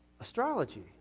Astrology